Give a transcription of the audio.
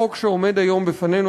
החוק שעומד היום בפנינו,